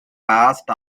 past